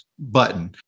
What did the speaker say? button